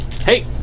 Hey